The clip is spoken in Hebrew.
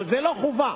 אבל זאת לא חובה.